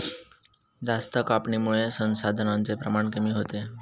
जास्त कापणीमुळे संसाधनांचे प्रमाण कमी होते